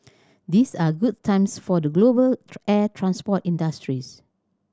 these are good times for the global air transport industries